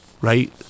right